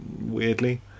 weirdly